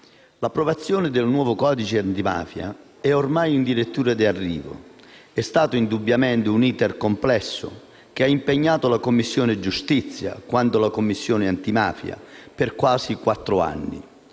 l'approvazione del nuovo codice antimafia è ormai in dirittura d'arrivo. È stato indubbiamente un *iter* complesso, che ha impegnato la Commissione giustizia quanto la Commissione antimafia per quasi quattro anni.